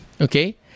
Okay